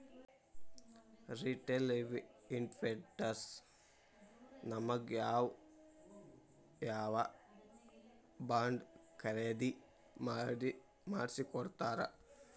Retail investors ನಮಗ್ ಯಾವ್ ಯಾವಬಾಂಡ್ ಖರೇದಿ ಮಾಡ್ಸಿಕೊಡ್ತಾರ?